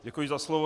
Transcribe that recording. Děkuji za slovo.